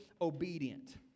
obedient